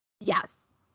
Yes